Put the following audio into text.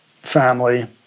family